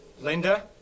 Linda